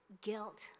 guilt